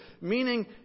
meaning